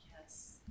Yes